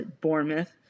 Bournemouth